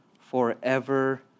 forever